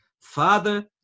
Father